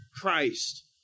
Christ